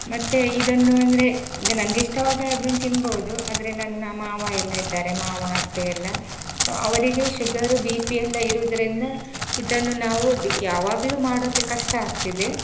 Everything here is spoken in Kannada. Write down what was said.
ಮತ್ತೆ ಇದನ್ನು ಅಂದರೆ ಈಗ ನನಗಿಷ್ಟವಾದ ಹಾಗೆ ತಿನ್ಬೊದು ಆದರೆ ನನ್ನ ಮಾವ ಎಲ್ಲ ಇದ್ದಾರೆ ಮಾವ ಅತ್ತೆ ಎಲ್ಲ ಸೊ ಅವರಿಗೆ ಶುಗರ್ ಬಿ ಪಿ ಎಲ್ಲ ಇರೋದ್ರಿಂದ ಇದನ್ನು ನಾವು ಯಾವಾಗಲೂ ಮಾಡೊಕ್ಕೆ ಕಷ್ಟ ಆಗ್ತಿದೆ